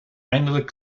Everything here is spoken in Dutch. eindelijk